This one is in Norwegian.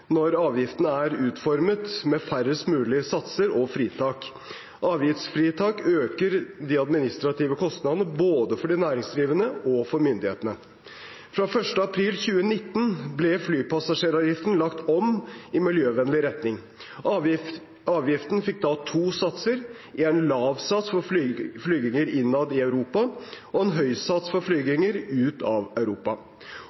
når avgiften er utformet med færrest mulige satser og fritak. Avgiftsfritak øker de administrative kostnadene både for de næringsdrivende og for myndighetene. Fra 1. april 2019 ble flypassasjeravgiften lagt om i miljøvennlig retning. Avgiften fikk da to satser, én lav sats for flyvninger innad i Europa og én høy sats for